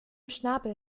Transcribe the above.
schnabel